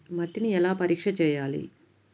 మట్టిని ఎలా పరీక్ష చేయాలి?